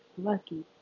lucky